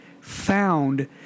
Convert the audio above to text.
found